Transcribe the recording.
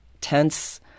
tense